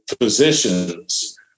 physicians